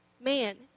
man